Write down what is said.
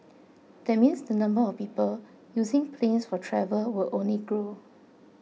that means the number of people using planes for travel will only grow